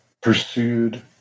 pursued